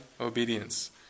obedience